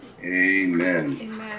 Amen